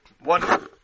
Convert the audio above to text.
one